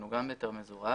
הוא גם בהיתר מזורז.